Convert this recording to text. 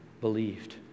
believed